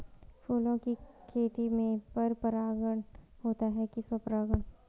फूलों की खेती में पर परागण होता है कि स्वपरागण?